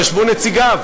או ישבו נציגיו.